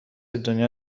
دنیا